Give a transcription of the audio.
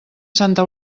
santa